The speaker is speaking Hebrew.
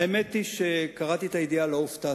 האמת היא שקראתי את הידיעה ולא הופתעתי,